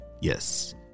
Yes